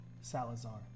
Salazar